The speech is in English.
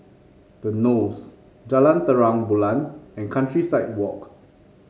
The Knolls Jalan Terang Bulan and Countryside Walk